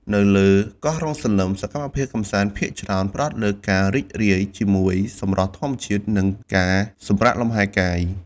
នៅលើកោះរ៉ុងសន្លឹម សកម្មភាពកម្សាន្តភាគច្រើនផ្តោតលើការរីករាយជាមួយសម្រស់ធម្មជាតិ និងការសម្រាកលំហែកាយ។